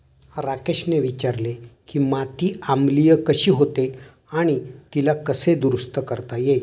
राकेशने विचारले की माती आम्लीय कशी होते आणि तिला कसे दुरुस्त करता येईल?